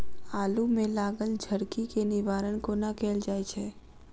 आलु मे लागल झरकी केँ निवारण कोना कैल जाय छै?